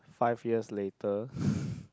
five years later